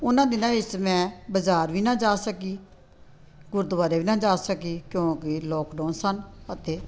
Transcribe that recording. ਉਨ੍ਹਾਂ ਦਿਨਾਂ ਵਿੱਚ ਮੈਂ ਬਜ਼ਾਰ ਵੀ ਨਾ ਜਾ ਸਕੀ ਗੁਰਦੁਆਰੇ ਵੀ ਨਾ ਜਾ ਸਕੀ ਕਿਉਂਕਿ ਲੋਕਡੌਨ ਸਨ ਅਤੇ